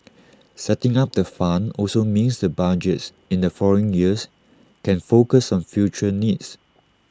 setting up the fund also means the budgets in the following years can focus on future needs